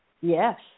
Yes